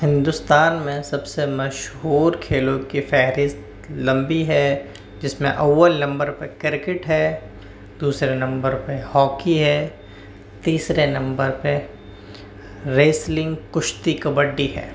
ہندوستان میں سب سے مشہور کھیلوں کی فہرست لمبی ہے جس میں اول نمبر پہ کرکٹ ہے دوسرے نمبر پہ ہاکی ہے تیسرے نمبر پہ ریسلنگ کشتی کبڈی ہے